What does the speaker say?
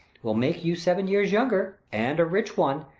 will make you seven years younger, and a rich one.